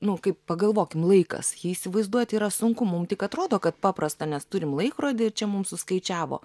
nu kaip pagalvokim laikas jį įsivaizduoti yra sunku mums tik atrodo kad paprasta nes turim laikrodį ir čia mums suskaičiavo